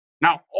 Now